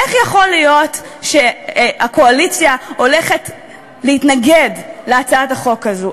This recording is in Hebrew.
איך יכול להיות שהקואליציה הולכת להתנגד להצעת החוק הזאת?